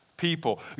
People